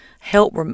help